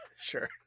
Sure